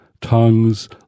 tongues